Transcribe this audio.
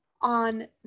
on